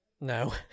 No